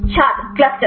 छात्र क्लस्टर